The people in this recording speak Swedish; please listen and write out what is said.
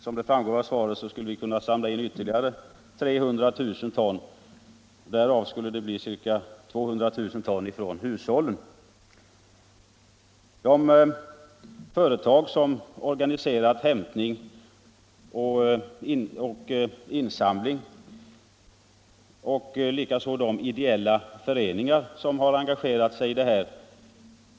Som framgår av svaret skulle man kunna samla in ytterligare 300 000 ton, därav ca 200 000 ton från hushållen. Både företag och ideella föreningar har engagerat sig i insamlingsverksamheten.